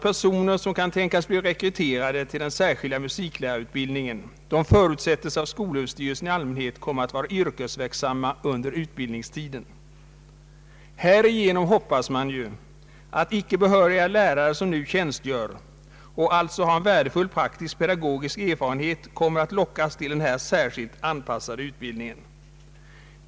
Personer som kan tänkas bli rekryterade till den särskilda musiklärarutbildningen förutsättes av skolöverstyrelsen i allmänhet komma att vara yrkesverksamma under utbildningstiden. Härigenom hoppas man att icke-behöriga lärare, som nu tjänstgör och alltså har en värdefull praktisk-pedagogisk erfarenhet, kommer att lockas till denna särskilt anpassade utbildning.